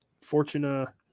fortuna